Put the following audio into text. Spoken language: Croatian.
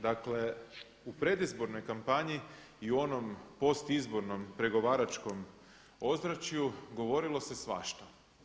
Dakle u predizbornoj kampanji i u onom postizbornom pregovaračkom ozračju govorilo se svašta.